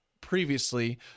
previously